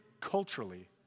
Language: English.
culturally